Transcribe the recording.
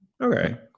okay